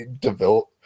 develop